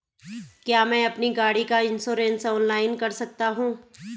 क्या मैं अपनी गाड़ी का इन्श्योरेंस ऑनलाइन कर सकता हूँ?